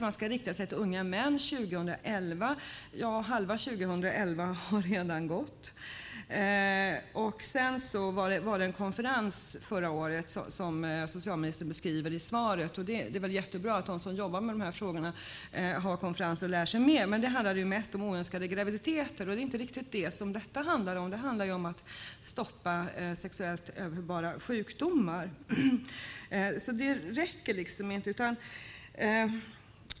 Det sägs att man ska rikta sig till unga män 2011, men halva 2011 har redan gått. Förra året var det en konferens, som socialministern beskriver i svaret. Det är jättebra att de som jobbar med de här frågorna har konferens och lär sig mer, men här handlade det mest om oönskade graviditeter. Det är inte riktigt det som detta handlar om, utan det är att stoppa sexuellt överförbara sjukdomar. Det räcker inte.